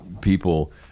people